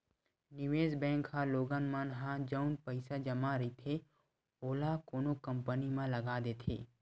निवेस बेंक ह लोगन मन ह जउन पइसा जमा रहिथे ओला कोनो कंपनी म लगा देथे